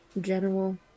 general